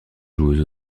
joueuses